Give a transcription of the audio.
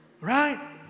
Right